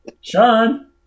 Sean